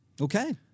Okay